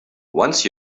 once